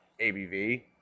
ABV